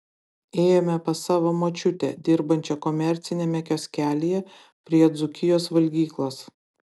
ėjome pas savo močiutę dirbančią komerciniame kioskelyje prie dzūkijos valgyklos